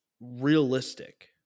realistic